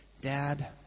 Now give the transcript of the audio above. dad